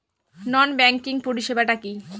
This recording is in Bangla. নন ব্যাংকিং পরিষেবা টা কি?